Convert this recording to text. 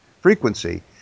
frequency